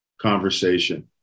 conversation